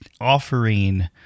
offering